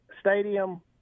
stadium